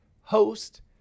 host